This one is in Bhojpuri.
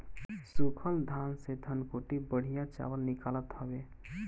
सूखल धान से धनकुट्टी बढ़िया चावल निकालत हवे